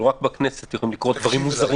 רק בכנסת יכולים לקרות דברים מוזרים